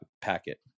packet